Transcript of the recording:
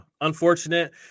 unfortunate